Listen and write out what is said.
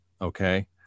Okay